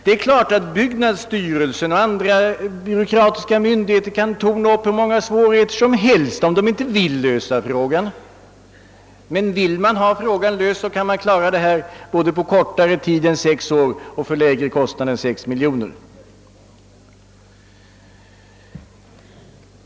Det är klart att byggnadsstyrelsen och andra byråkratiska myndigheter kan torna upp hur många svårigheter som helst, om de inte vill medverka till att lösa frågan. Men vill man ha resultat, kan man göra det både på kortare tid än sex år och för lägre kostnad än 6 miljoner.